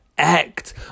Act